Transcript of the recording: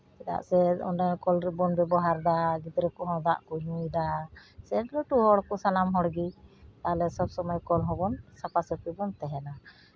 ᱪᱮᱫᱟᱜ ᱥᱮ ᱚᱱᱟ ᱠᱚᱞ ᱨᱮᱵᱚᱱ ᱵᱮᱵᱚᱦᱟᱨᱫᱟ ᱜᱤᱫᱽᱨᱟᱹ ᱠᱚᱦᱚᱸ ᱫᱟᱜ ᱠᱚ ᱧᱩᱭᱫᱟ ᱥᱮ ᱞᱟᱹᱴᱩ ᱦᱚᱲᱠᱚ ᱥᱟᱱᱟᱢ ᱦᱚᱲᱜᱮ ᱥᱚᱵ ᱥᱚᱢᱚᱭ ᱠᱚᱞ ᱦᱚᱸᱵᱚᱱ ᱥᱟᱯᱷᱟ ᱥᱟᱯᱷᱤ ᱵᱚᱱ ᱛᱟᱦᱮᱱᱟ